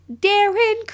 Darren